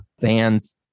fans